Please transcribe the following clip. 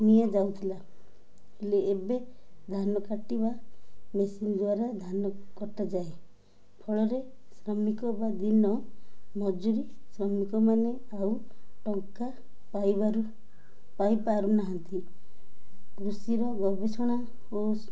ନିଆଯାଉଥିଲା ହେଲେ ଏବେ ଧାନ କାଟିବା ମେସିନ୍ ଦ୍ୱାରା ଧାନ କଟାଯାଏ ଫଳରେ ଶ୍ରମିକ ବା ଦିନ ମଜୁରୀ ଶ୍ରମିକମାନେ ଆଉ ଟଙ୍କା ପାଇବାରୁ ପାଇପାରୁନାହାନ୍ତି କୃଷିର ଗବେଷଣା ଓ